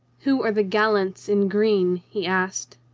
who are the gallants in green? he asked.